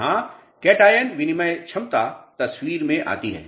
यहाँ कैटायन विनिमय क्षमता तस्वीर में आती है